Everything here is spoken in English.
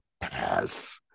pass